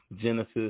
Genesis